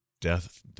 death